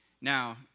Now